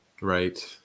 Right